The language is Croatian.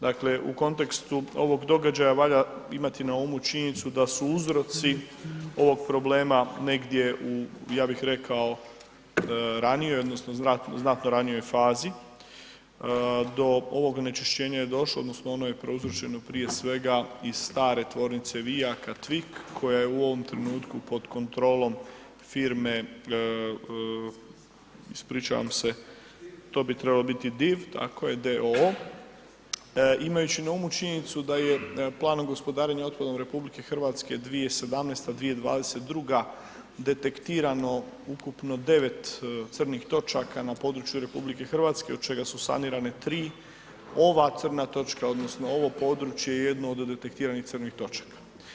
Dakle, u kontekstu ovog događaja valja imati na umu činjenicu da su uzroci ovog problema negdje u ja bih rekao ranijoj odnosno znatno ranijoj fazi, do ovog onečišćenja je došlo odnosno je prouzročeno prije svega iz stare tvornice vijaka Tvik koja je u ovom trenutku pod kontrolom firme ispričavam se to ti trebala biti DIV tako je d.o.o., imajući na umu činjenicu da je planom gospodarenja otpadom RH 2017. – 2022. detektirano ukupno 9 crnih točaka na području RH od čega su sanirane 3, ova crna točka odnosno ovo područje je jedno od detektiranih crnih točaka.